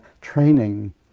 training